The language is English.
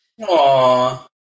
Aww